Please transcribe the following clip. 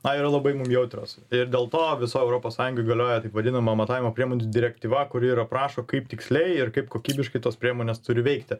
na yra labai mum jautrios ir dėl to visoj europos sąjungoj galioja taip vadinama matavimo priemonių direktyva kuri ir aprašo kaip tiksliai ir kaip kokybiškai tos priemonės turi veikti